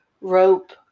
rope